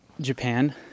japan